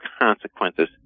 consequences